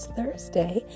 Thursday